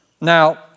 Now